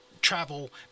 travel